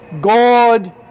God